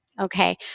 Okay